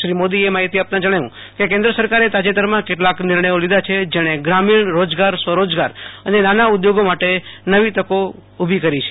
શ્રી મોદીએ માહિતી આપતાં જણાવ્યું કે કેન્દ્ર સરકારે તાજેતરમાં કેટલાક નિર્ણયો લીધા છે જેણે ગ્રામીણ રોજગાર સ્વરોજગાર અને નાના ઉદ્યોગો માટે નવી તકો ઉભી કરી છે